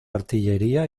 artillería